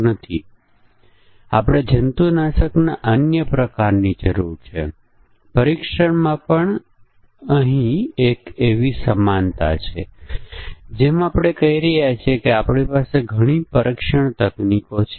ઉદાહરણ તરીકે કોઈ પુસ્તક ઇશ્યૂ કરવામાં આવે છે અને પછી પુસ્તકની વર્તણૂક એ ઇશ્યૂ પ્રક્રિયા છે જે પહેલાથી જ કરવામાં આવી છે અને પછી આપણી પાસે પુસ્તકના ઇશ્યૂ ની વર્તણૂક અલગ હશે